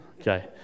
Okay